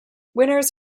winners